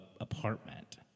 apartment